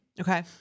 Okay